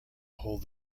hold